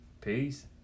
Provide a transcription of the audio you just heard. Peace